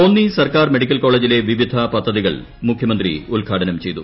കോന്നി സർക്കാർ മെഡിക്കൽ കോളേജിലെ വിവിധ പദ്ധതികൾ മുഖ്യമന്ത്രി ഉദ്ഘാടനം ചെയ്തു